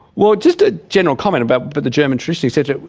well, just a general comment about but the german tradition et cetera,